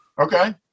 Okay